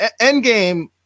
Endgame